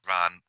Ron